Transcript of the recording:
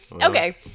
Okay